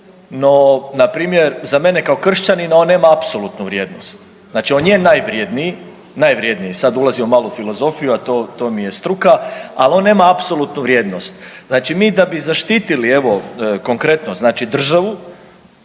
no, npr., za mene kao kršćanina, on nema apsolutnu vrijednost. Znači on je najvrjedniji, najvrjedniji, sad ulazimo malo u filozofiju, a to, to mi je struka, ali on nema apsolutnu vrijednost. Znači mi da bi zaštitili, evo, konkretno znači državu,